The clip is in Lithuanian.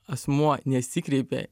asmuo nesikreipė